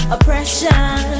Oppression